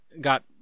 got